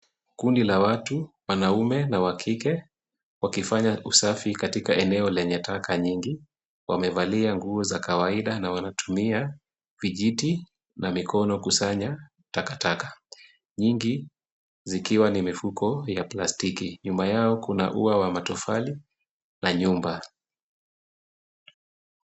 Kundi la watu, wanaume na wakike, wakifanya usafi katika eneo lenye taka nyingi. Wanavalia nguo za kawaida na wanatumia vijiti na mikono kusanya taka taka, Nyingi zikiwa ni mifuko ya plastiki, nyuma yao kuna ua wa matofali na nyumba.